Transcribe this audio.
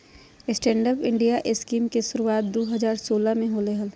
stand up India scheme के शुरुआत दू हज़ार सोलह में होलय हल